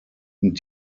und